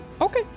Okay